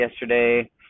yesterday